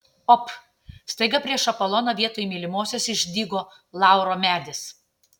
op staiga prieš apoloną vietoj mylimosios išdygo lauro medis